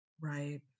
Right